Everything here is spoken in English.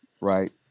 right